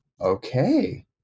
Okay